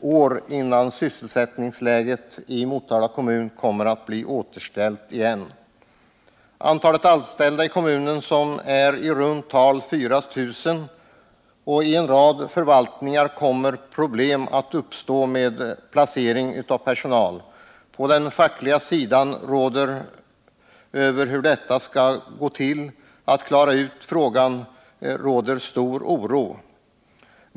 år innan sysselsättningsläget i Motala kommun blir återställt. Antalet anställda i kommunen är i runt tal 4 000, och i en rad förvaltningar kommer problem att uppstå med placering av personal. På den fackliga sidan råder stor oro över hur man skall lösa svårigheterna.